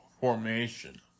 formation